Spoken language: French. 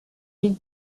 ville